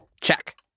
Check